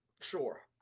sure